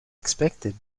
expected